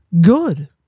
Good